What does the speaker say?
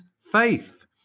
faith